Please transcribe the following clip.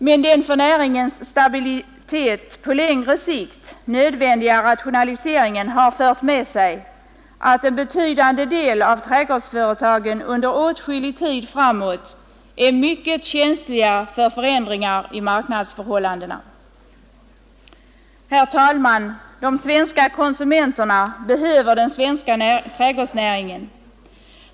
Men den för näringens stabilitet på längre sikt nödvändiga rationaliseringen har fört med sig att en betydande del av trädgårdsföretagen under åtskillig tid framåt är mycket känsliga för förändringar i marknadsförhållandena. Herr talman! De svenska konsumenterna behöver den svenska trädgårdsnäringen.